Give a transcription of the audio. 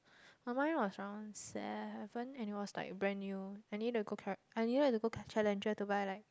but mine was around seven and it was like brand new I need to go I needed to go Challenger to buy like